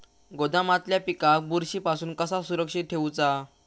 गोदामातल्या पिकाक बुरशी पासून कसा सुरक्षित ठेऊचा?